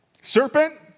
serpent